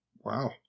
Wow